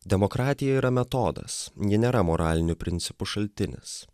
demokratija yra metodas ji nėra moralinių principų šaltinis